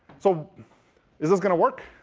so is this going to work?